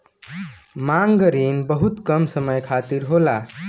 मांग रिन बहुत कम समय खातिर होला